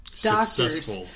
doctors